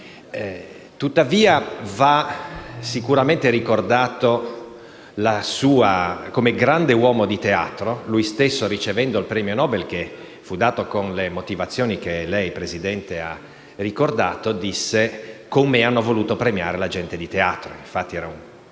Tuttavia, egli va sicuramente ricordato come grande uomo di teatro. Egli stesso, ricevendo il premio Nobel, che gli fu dato con le motivazioni che la signora Presidente ha ricordato, disse: «Con me hanno voluto premiare la gente di teatro». Fu infatti un